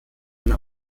eine